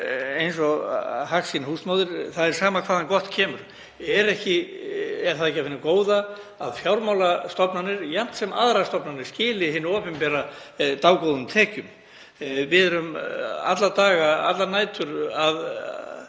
eins og hagsýn húsmóðir: Það er sama hvaðan gott kemur. Er það ekki af hinu góða að fjármálastofnanir jafnt sem aðrar stofnanir skili hinu opinbera dágóðum tekjum? Við erum alla daga,